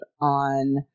on